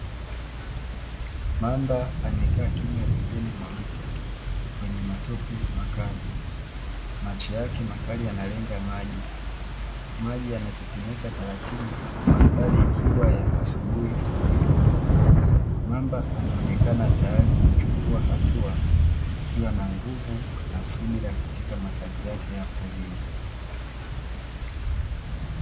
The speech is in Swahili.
Mamba amekaa kimya pembeni mwa mto kwenye matope makavu, macho yake makali yanalenga maji, maji yanatetemeka taratibu huku mandhari ikiwa asubuhi tulivu, mamba anaonekana tayari kuchukua hatua akiwa na nguvu na subira katika makazi yake ya porini.